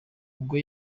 ubwo